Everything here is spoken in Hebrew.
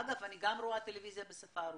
אגב, אני גם רואה טלוויזיה בשפה הרוסית,